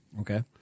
Okay